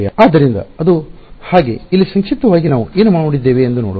ಆದ್ದರಿಂದ ಅದು ಹಾಗೆ ಇಲ್ಲಿ ಸಂಕ್ಷಿಪ್ತವಾಗಿ ನಾವು ಏನು ನೋಡಿದ್ದೇವೆ ಎಂದು ನೋಡೋಣ